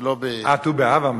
ט"ו באב אמרת?